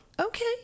okay